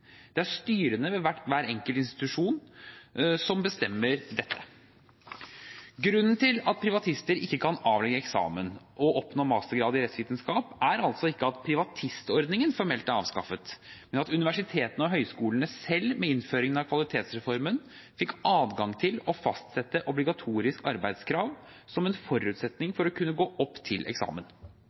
Det er styrene ved hver enkelt institusjon som bestemmer dette. Grunnen til at privatister ikke kan avlegge eksamen og oppnå mastergrad i rettsvitenskap, er altså ikke at privatistordningen formelt er avskaffet, men at universitetene og høyskolene selv med innføringen av kvalitetsreformen fikk adgang til å fastsette obligatoriske arbeidskrav som en forutsetning for å kunne gå opp til eksamen.